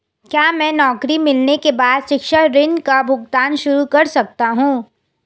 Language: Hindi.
क्या मैं नौकरी मिलने के बाद शिक्षा ऋण का भुगतान शुरू कर सकता हूँ?